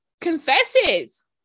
confesses